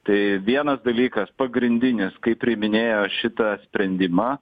tai vienas dalykas pagrindinis kai priiminėjo šitą sprendimą